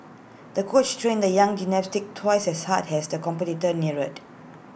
the coach trained the young gymnast twice as hard has the